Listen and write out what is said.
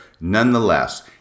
nonetheless